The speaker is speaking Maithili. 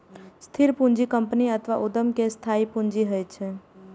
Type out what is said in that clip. स्थिर पूंजी कंपनी अथवा उद्यम के स्थायी पूंजी होइ छै